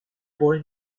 boy